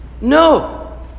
No